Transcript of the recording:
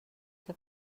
que